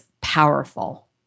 powerful